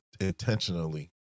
intentionally